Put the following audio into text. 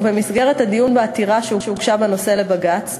ובמסגרת הדיון בעתירה שהוגשה בנושא לבג"ץ,